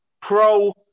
pro